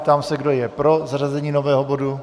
Ptám se, kdo je pro zařazení nového bodu.